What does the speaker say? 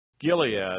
Gilead